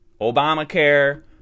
Obamacare